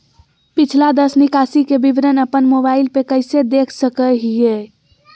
पिछला दस निकासी के विवरण अपन मोबाईल पे कैसे देख सके हियई?